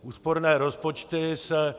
Úsporné rozpočty se...